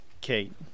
Kate